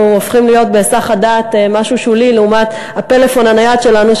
הופכים להיות בהיסח הדעת משהו שולי לעומת הטלפון הנייד שלנו.